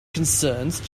concerned